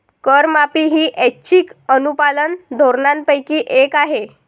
करमाफी ही ऐच्छिक अनुपालन धोरणांपैकी एक आहे